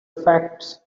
facts